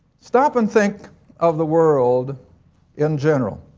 stop and think of the world in general.